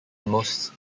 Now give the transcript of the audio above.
most